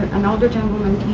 an elderly gentleman